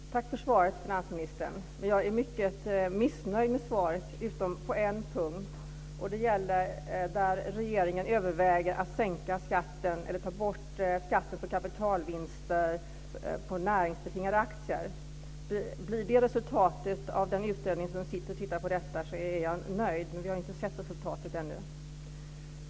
Fru talman! Tack för svaret, finansministern, men jag är mycket missnöjd med svaret, utom på en punkt, och det gäller att regeringen överväger att ta bort skatten på kapitalvinster på näringsbetingade aktier. Om det blir resultatet av den utredning som ser över detta är jag nöjd, men vi har ju ännu inte sett resultatet.